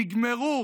נגמרו